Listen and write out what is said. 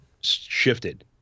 shifted